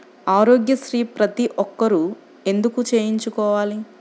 ఆరోగ్యశ్రీ ప్రతి ఒక్కరూ ఎందుకు చేయించుకోవాలి?